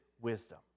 wisdom